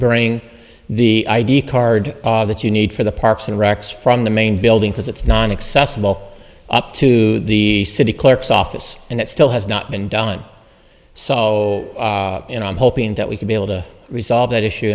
bring the id card that you need for the parks and rex from the main building because it's not accessible up to the city clerk's office and it still has not been done so and i'm hoping that we can be able to resolve that issue